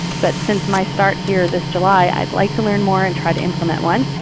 but since my start here this july i'd like to learn more and try to implement one.